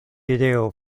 ideo